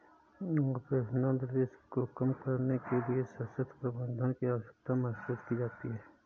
operational risk को कम करने के लिए सशक्त प्रबंधन की आवश्यकता महसूस की जाती है